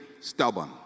stubborn